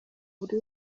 buri